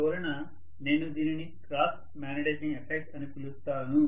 అందువలన నేను దీనిని క్రాస్ మాగ్నెటైజింగ్ ఎఫెక్ట్ అని పిలుస్తాను